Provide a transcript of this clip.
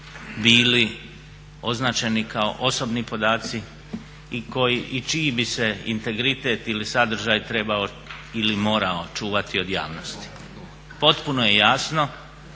bili označeni kao osobni podaci i čiji bi se integritet ili sadržaj trebao ili morao čuvati od javnosti. Potpuno je jasno